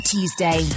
Tuesday